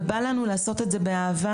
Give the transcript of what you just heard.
ובא לנו לעשות את זה באהבה,